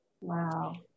Wow